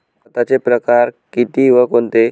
खताचे प्रकार किती व कोणते?